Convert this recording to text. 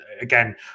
again